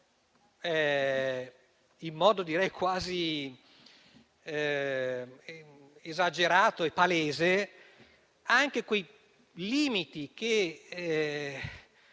in modo direi quasi esagerato, anche quei limiti che